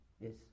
Yes